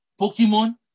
Pokemon